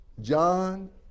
John